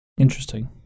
Interesting